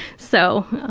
so,